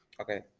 okay